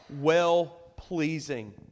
well-pleasing